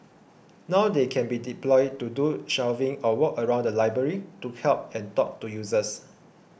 now they can be deployed to do shelving or walk around the library to help and talk to users